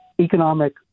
economic